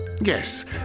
Yes